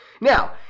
now